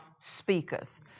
speaketh